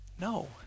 No